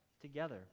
together